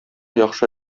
яхшы